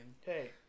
Hey